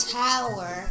tower